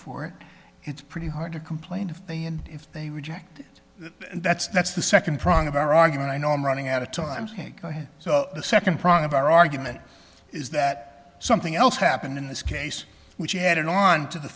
for it it's pretty hard to complain if they and if they reject it that's that's the second prong of our argument i know i'm running out of time can't go here so the second prong of our argument is that something else happened in this case which added on to the